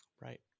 Right